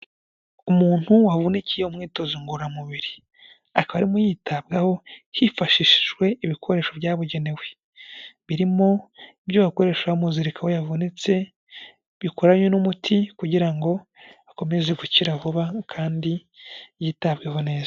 Umuntu wavunikiye mu myitozo ngororamubiri, akaba arimo yitabwaho hifashishijwe ibikoresho byabugenewe, birimo ibyo bakoresha bamuzirika aho yavunitse, bikoranye n'umuti kugira ngo akomeze gukira vuba kandi yitabweho neza.